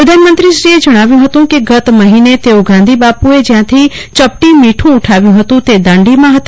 પ્રધાનમંત્રી એ જણાવ્યું હતું કે ગત મફીને તેઓ ગાંધી બાપુને જયાંથી ચપટી મીઠું ઉઠાવ્યું ફતું તે દાંડી માં હતા